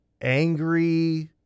angry